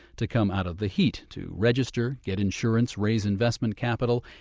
to come out of the heat to register, get insurance, raise investment capital,